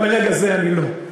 אבל לרגע זה אני לא.